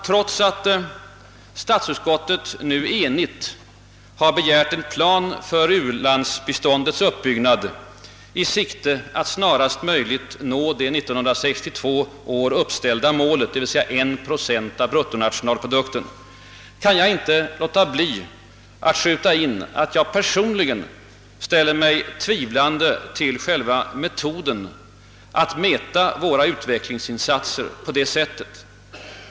Trots att statsutskottet nu enhälligt har begärt en plan för ulandsbiståndets uppbyggnad i syfte att snarast möjligt nå det år 1962 uppställda målet, dvs. 1 procent av bruttonationalprodukten, kan jag inte låta bli att skjuta in att jag personligen ställer mig tvivlande till själva metoden att mäta våra utvecklingsinsatser på det sättet.